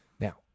Now